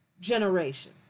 generation